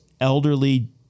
elderly